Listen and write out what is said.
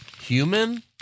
human